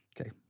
Okay